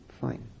fine